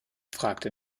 fragte